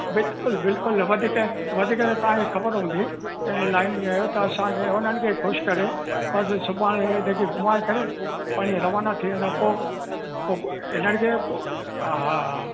बिल्कुलु बिल्कुलु न वधीक वधीक त तव्हां खे ख़बर हूंदी इन लाइन में आहियो त असांखे उन्हनि खे ख़ुशि करे बसि सुभाणे हिनखे घुमाए करे परीहं रवाना थी वेंदा पोइ पोइ इन्हनि खे पोइ हा हा